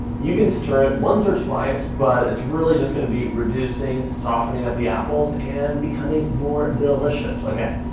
you can stir it once or twice but it's really just gonna be reducing softening up the apples and becoming more delicious, okay.